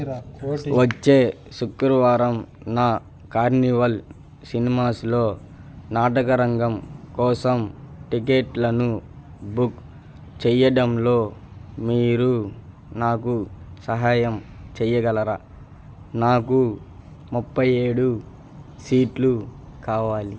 వచ్చే శుక్రవారాన కార్నివాల్ సినిమాస్లో నాటకరంగం కోసం టిక్కెట్లను బుక్ చేయడంలో మీరు నాకు సహాయం చేయగలరా నాకు ముప్పై ఏడు సీట్లు కావాలి